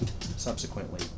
subsequently